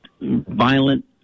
violent